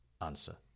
answer